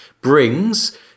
brings